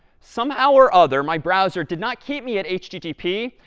somehow or other, my browser did not keep me at http.